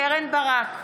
קרן ברק,